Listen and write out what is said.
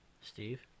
steve